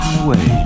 away